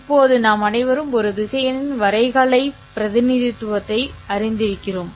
இப்போது நாம் அனைவரும் ஒரு திசையனின் வரைகலை பிரதிநிதித்துவத்தை அறிந்திருக்கிறோம்